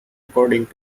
according